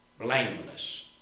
Blameless